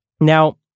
Now